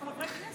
לא נכון.